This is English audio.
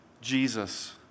Jesus